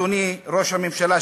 אדוני ראש הממשלה,